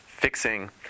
Fixing